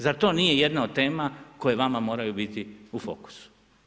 Zar to nije jedna od tema koje vama moraju biti u fokusu?